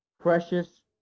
Precious